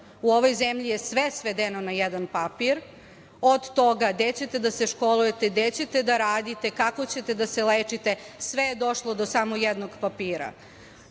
U ovoj zemlji je sve svedeno na jedan papir, od toga gde ćete da se školujete, gde ćete da radite, kako ćete da se lečite, sve je došlo do samo jednog papira.